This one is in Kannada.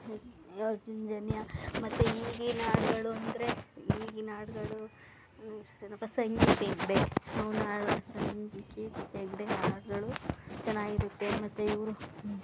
ಅರ್ಜುನ್ ಜನ್ಯ ಮತ್ತು ಈಗಿನ ಹಾಡ್ಗಳು ಅಂದರೆ ಈಗಿನ ಹಾಡ್ಗಳು ಹೆಸ್ರ್ ಏನಪ್ಪ ಸಂಗೀತ್ ಹೆಗ್ಡೆಅವ್ನ ಹಾಡ್ ಸಂಗೀತ್ ಹೆಗ್ಡೆ ಹಾಡುಗಳು ಚೆನ್ನಾಗಿರತ್ತೆ ಮತ್ತು ಇವರು